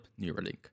Neuralink